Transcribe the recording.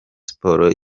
sport